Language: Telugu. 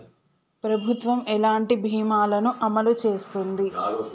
ప్రభుత్వం ఎలాంటి బీమా ల ను అమలు చేస్తుంది?